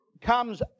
comes